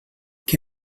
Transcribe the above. què